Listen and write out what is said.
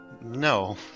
no